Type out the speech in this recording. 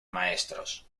maestros